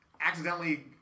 accidentally